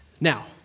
Now